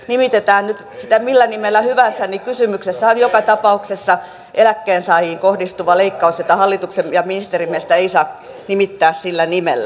nimitetään sitä nyt millä nimellä hyvänsä niin kysymyksessä on joka tapauksessa eläkkeensaajiin kohdistuva leikkaus jota hallituksen ja ministerin mielestä ei saa nimittää sillä nimellä